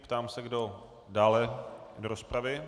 Ptám se, kdo dále do rozpravy.